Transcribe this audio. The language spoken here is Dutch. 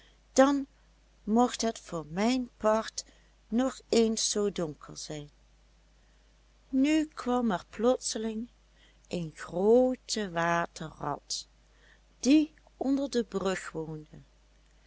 dan mocht het voor mijn part nog eens zoo donker zijn nu kwam er plotseling een groote waterrot die onder de brug woonde